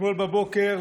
אתמול בבוקר,